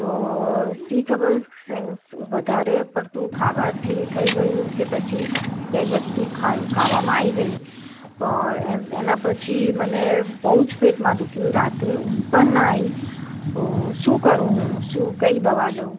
તો શી ખબર શે વધારે પડતું ખાવાથી થઇ ગયું કે પછી કઈ વસ્તુ ખા ખાવામાં આવી ગઈ પણ એનાં પછી મને બહુ જ પેટમાં દુખ્યું રાત્રે ઊંઘ પણ ના આવી તો શું કરું હું શું કઈ દવા લઉં